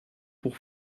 pour